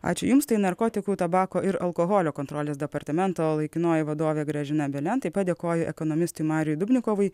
ačiū jums tai narkotikų tabako ir alkoholio kontrolės departamento laikinoji vadovė gražina belen padėkoju ekonomistui mariui dubnikovui